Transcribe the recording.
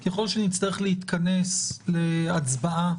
ככל שנצטרך להתכנס להצבעה